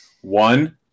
one